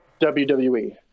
WWE